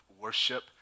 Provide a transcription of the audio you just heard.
worship